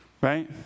right